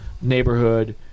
neighborhood